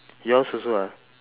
yours also ah